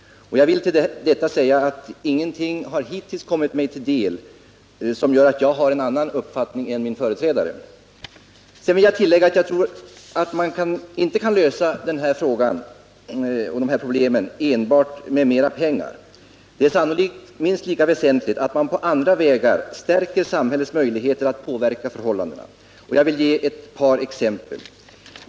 Jag vill till detta säga, att ingenting har hittills kommit mig till del som gör att jag har en annan uppfattning än min företrädare. Jag vill tillägga att jag tror inte att man kan lösa dessa problem enbart med mera pengar. Det är sannolikt minst lika väsentligt att man på andra vägar stärker samhällets möjligheter att påverka förhållandena. Jag kan ge ett exempel.